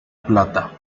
plata